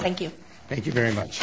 thank you thank you very much